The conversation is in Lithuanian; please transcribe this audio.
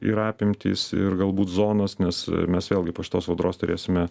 ir apimtys ir galbūt zonos nes mes vėlgi po šitos audros turėsime